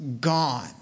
gone